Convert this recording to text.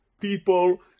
people